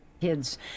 Kids